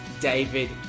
David